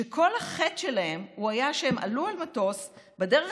שכל החטא שלהם היה שהם עלו על מטוס בדרך